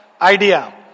idea